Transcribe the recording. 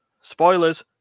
spoilers